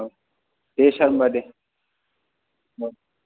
औ दे सार होनबा दे औ